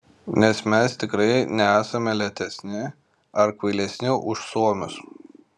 nes mes tikrai nesame lėtesni ar kvailesni už suomius